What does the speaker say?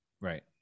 Right